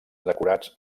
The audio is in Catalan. decorats